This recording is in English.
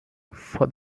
for